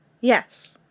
Yes